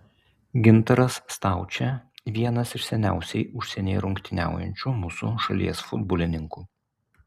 gintaras staučė vienas iš seniausiai užsienyje rungtyniaujančių mūsų šalies futbolininkų